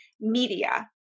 Media